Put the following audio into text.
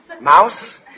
Mouse